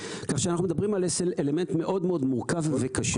כאשר אנחנו מדברים על אלמנט מאוד מאוד מורכב וקשה.